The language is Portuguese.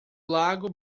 lago